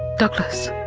douglas.